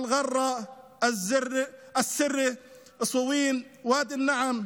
אל-ע'רה, א-סרה, סואוין, ואדי א-נעם,